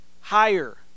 higher